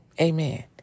amen